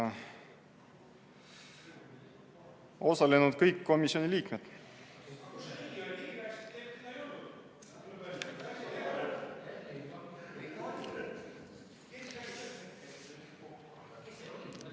Osalesid kõik komisjoni liikmed.